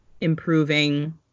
improving